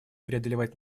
преодолевать